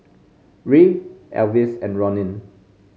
Ray Elvis and Ronin